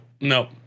No